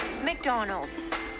McDonald's